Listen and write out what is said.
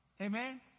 Amen